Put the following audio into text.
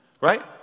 Right